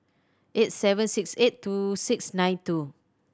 eight seven six eight two six nine two